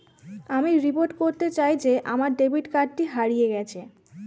আমি রিপোর্ট করতে চাই যে আমার ডেবিট কার্ডটি হারিয়ে গেছে